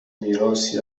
میراثی